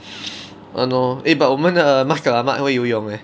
!hannor! eh but 我们的 mas selamat 会游泳 leh